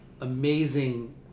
amazing